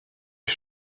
ich